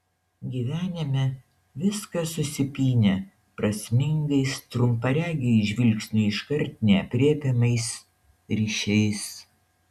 gyvenime viskas susipynę prasmingais trumparegiui žvilgsniui iškart neaprėpiamais ryšiais